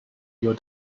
your